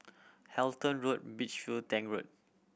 Halton Road Beach View Tank Road